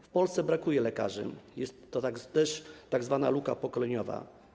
W Polsce brakuje lekarzy, jest to też tzw. luka pokoleniowa.